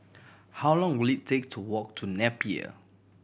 how long will it take to walk to Napier